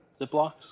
Ziplocs